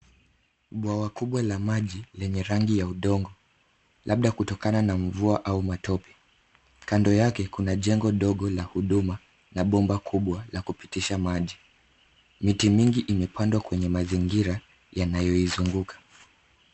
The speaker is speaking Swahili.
Bwawa kubwa la maji lenye rangi ya udongo, labda kutokana na mvua au matope. Kando yake kuna jengo dogo la huduma na bomba kubwa la kupitisha maji. Miti mingi imepandwa kwenye mazingira yanayoizunguka.